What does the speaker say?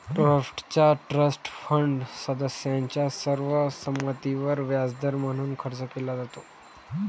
ट्रस्टचा trust fund सदस्यांच्या सर्व संमतीवर व्याजदर म्हणून खर्च केला जातो